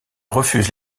refuse